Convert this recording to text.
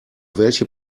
welche